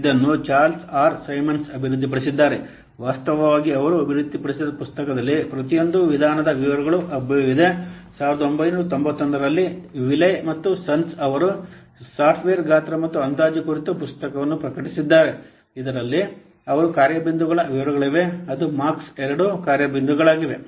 ಇದನ್ನು Charles R Symons ಅಭಿವೃದ್ಧಿಪಡಿಸಿದ್ದಾರೆ ವಾಸ್ತವವಾಗಿ ಅವರು ಅಭಿವೃದ್ಧಿಪಡಿಸಿದ ಪುಸ್ತಕದಲ್ಲಿ ಪ್ರತಿಯೊಂದು ವಿಧಾನದ ವಿವರಗಳು ಲಭ್ಯವಿದೆ 1991 ರಲ್ಲಿ ವಿಲೇ ಮತ್ತು ಸನ್ಸ್ ಅವರು ಸಾಫ್ಟ್ವೇರ್ ಗಾತ್ರ ಮತ್ತು ಅಂದಾಜು ಕುರಿತು ಪುಸ್ತಕವನ್ನು ಪ್ರಕಟಿಸಿದ್ದಾರೆ ಇದರಲ್ಲಿ ಅವರ ಕಾರ್ಯ ಬಿಂದುಗಳ ವಿವರಗಳಿವೆ ಅದು ಮಾರ್ಕ್ II ಕಾರ್ಯ ಬಿಂದುಗಳಾಗಿವೆ